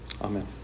Amen